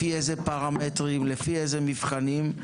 לפי איזה פרמטרים ומבחנים,